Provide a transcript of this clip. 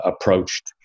approached